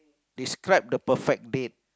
describe the perfect date